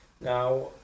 now